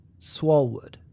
Swalwood